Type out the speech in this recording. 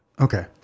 Okay